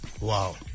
Wow